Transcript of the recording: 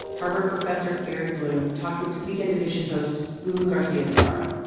harvard professor barry bloom talking to weekend edition host lulu garcia-navarro